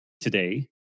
today